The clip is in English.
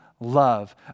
Love